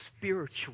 spiritual